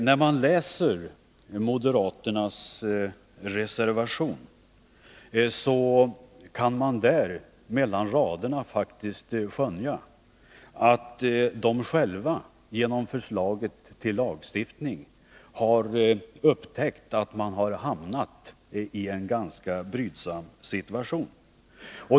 Fru talman! Mellan raderna i moderaternas reservation kan man läsa att de själva har upptäckt att de genom förslaget till lagstiftning har hamnat i en ganska brydsam situation.